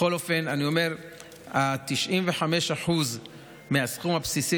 בכל אופן אני אומר ש-95% מהסכום הבסיסי